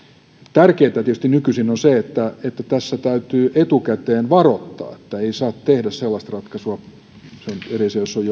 tärkeintä tietysti nykyisin on se että täytyy etukäteen varoittaa että ilman varoittamista ei saa tehdä sellaista ratkaisua on